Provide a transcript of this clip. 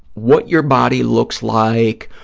what your body looks like,